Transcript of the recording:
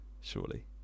surely